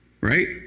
right